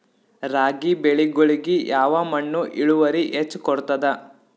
ರಾಗಿ ಬೆಳಿಗೊಳಿಗಿ ಯಾವ ಮಣ್ಣು ಇಳುವರಿ ಹೆಚ್ ಕೊಡ್ತದ?